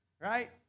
right